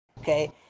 Okay